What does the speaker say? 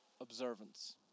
observance